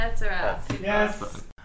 Yes